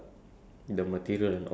about seventy five